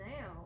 now